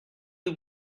you